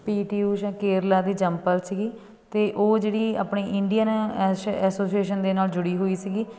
ਪੀ T Usha Kerala ਦੀ ਜੰਮ ਪਲ ਸੀਗੀ ਅਤੇ ਉਹ ਜਿਹੜੀ ਆਪਣੀ ਇੰਡੀਅਨ ਐਸ਼ ਐਸੋਸੀਏਸ਼ਨ ਦੇ ਨਾਲ ਜੁੜੀ ਹੋਈ ਸੀਗੀ